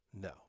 no